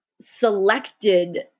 selected